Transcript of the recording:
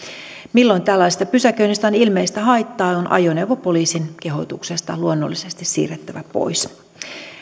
milloin tällaisesta pysäköinnistä on ilmeistä haittaa on ajoneuvo poliisin kehotuksesta luonnollisesti siirrettävä pois